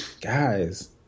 guys